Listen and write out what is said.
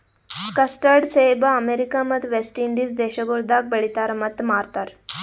custard ಸೇಬ America ಮತ್ತ West Indies ದೇಶಗೊಳ್ದಾಗ್ ಬೆಳಿತಾರ್ ಮತ್ತ ಮಾರ್ತಾರ್